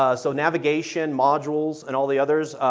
ah so navigation, modules and all the others,